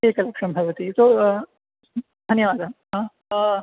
एकलक्षं भवति इतोपि धन्यवादः